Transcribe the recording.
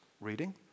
reading